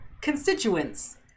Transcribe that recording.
constituents